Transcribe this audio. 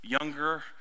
younger